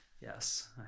Yes